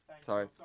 sorry